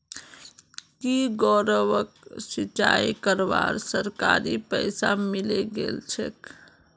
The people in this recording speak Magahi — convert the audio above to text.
की गौरवक सिंचाई करवार सरकारी पैसा मिले गेल छेक